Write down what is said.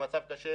במצב קשה,